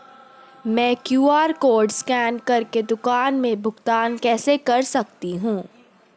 मैं QR code scan कर के दुकान में भुगतान कैसे कर सकती हूँ?